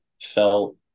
felt